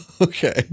okay